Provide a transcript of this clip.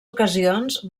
ocasions